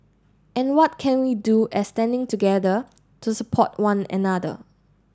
and what can we do as standing together to support one another